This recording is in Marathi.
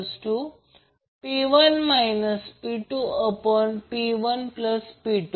म्हणून मी सांगितलेले KCL लागू केले तर total current Ia Ia1 Ia2 असेल